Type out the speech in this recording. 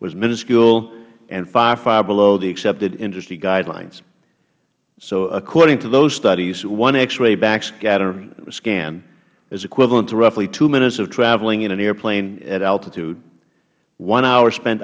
was minuscule and far far below the accepted industry guidelines so according to those studies one x ray backscatter scan is equivalent to roughly two minutes of traveling in an airplane at altitude one hour spent